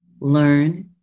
learn